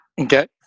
Okay